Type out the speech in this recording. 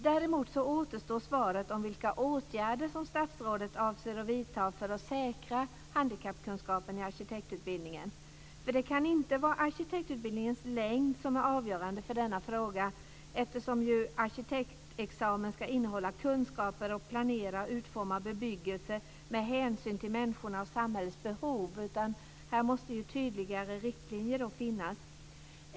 Däremot återstår svaret om vilka åtgärder statsrådet avser att vidta för att säkra handikappkunskapen i arkitektutbildningen. Det kan inte vara arkitektutbildningens längd som är avgörande i denna fråga, eftersom arkitektexamen ju ska innehålla kunskaper om att planera och utforma bebyggelse med hänsyn till människornas och samhällets behov. Här måste det då finnas tydligare riktlinjer.